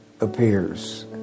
appears